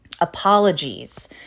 Apologies